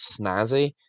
snazzy